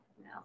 No